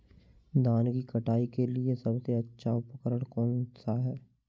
धान की कटाई के लिए सबसे अच्छा उपकरण कौन सा है?